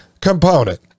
component